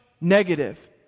negative